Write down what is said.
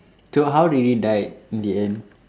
so how did he died in the end